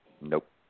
Nope